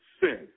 sin